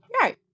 right